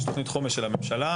יש תוכנית חומש של הממשלה.